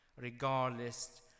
regardless